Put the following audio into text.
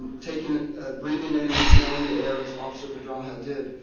taking breathing in and smelling the air, as officer pedraja did.